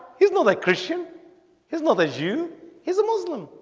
he's not that christian his mother's you he's a muslim